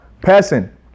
person